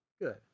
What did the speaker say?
Good